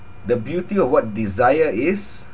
the beauty of what desire is